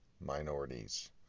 minorities